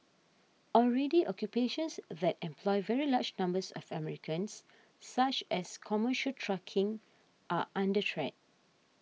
already occupations that employ very large numbers of Americans such as commercial trucking are under threat